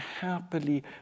happily